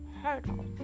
hurdle